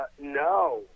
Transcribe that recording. No